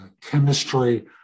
chemistry